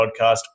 podcast